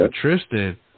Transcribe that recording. Tristan